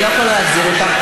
אני לא יכולה להחזיר אותך.